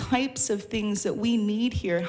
types of things that we need here